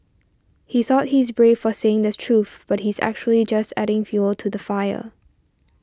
he thought he is brave for saying the truth but he's actually just adding fuel to the fire